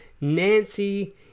Nancy